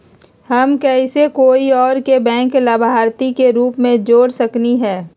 हम कैसे कोई और के बैंक लाभार्थी के रूप में जोर सकली ह?